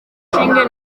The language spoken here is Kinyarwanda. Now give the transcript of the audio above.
shinge